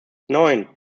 neun